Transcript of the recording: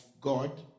God